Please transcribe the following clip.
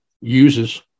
uses